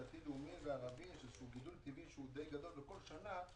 הדתי-לאומי והערבי יש גידול טבעי די גדול מדי שנה,